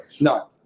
No